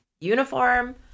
uniform